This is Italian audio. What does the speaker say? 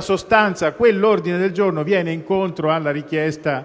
sostanza, tale ordine del giorno viene incontro alla richiesta